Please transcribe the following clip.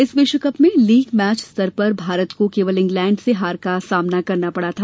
इस विश्वकप में लीग मैच स्तर पर भारत को केवल इंग्लैंड से हार का सामना करना पड़ा था